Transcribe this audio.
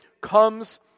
comes